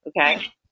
Okay